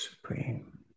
Supreme